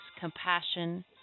compassion